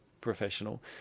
professional